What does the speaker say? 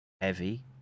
heavy